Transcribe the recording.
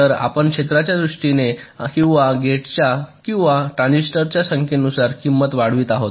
तर आपण क्षेत्राच्या दृष्टीने किंवा गेट्स किंवा ट्रान्झिस्टरच्या संख्येनुसार किंमत वाढवित आहात